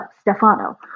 Stefano